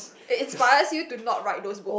it inspires you to not write those book